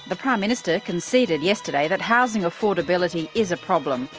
the prime minister conceded yesterday that housing affordability is a problem.